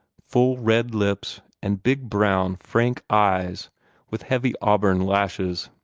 full red lips, and big brown, frank eyes with heavy auburn lashes.